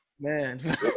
Man